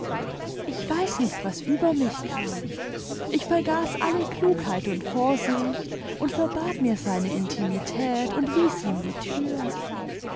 ich weiß nicht was über mich kam ich vergaß alle klugheit und vorsicht imd verbat mir seine intimität und wies ihm die tür